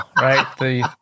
right